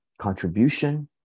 contribution